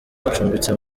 acumbitse